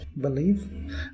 believe